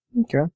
Okay